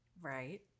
Right